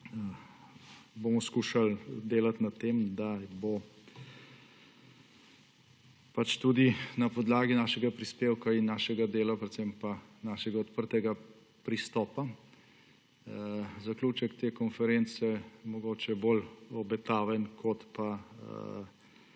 bomo delati na tem, da bo tudi na podlagi našega prispevka in našega dela, predvsem pa našega odprtega pristopa zaključek te konference mogoče bolj obetaven, kot so